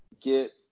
get